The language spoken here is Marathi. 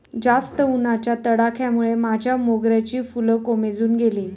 जास्त उन्हाच्या तडाख्यामुळे माझ्या मोगऱ्याची फुलं कोमेजून गेली